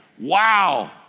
Wow